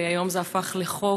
והיום זה הפך לחוק.